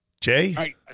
Jay